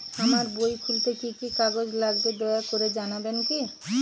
আমার বই খুলতে কি কি কাগজ লাগবে দয়া করে জানাবেন কি?